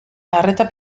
arreta